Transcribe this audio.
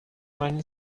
meine